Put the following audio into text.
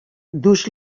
dus